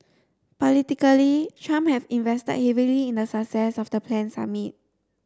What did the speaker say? politically Trump had invested heavily in the success of the planned summit